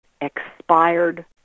expired